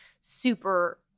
super